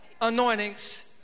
anointings